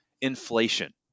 inflation